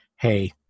hey